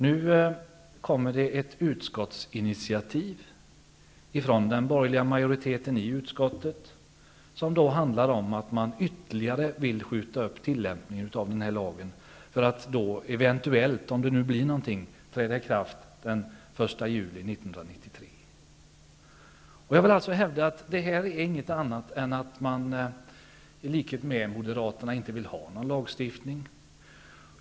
Nu kommer det ett utskottsinitiativ från den borgerliga majoriteten i utskottet som handlar om att man ytterligare vill skjuta upp tillämpningen av den här lagen för att den eventuellt skall, om det nu blir så, träda i kraft den 1 juli 1993. Detta betyder ingenting annat än att man, i likhet med Moderaterna, inte vill ha någon lagstiftning.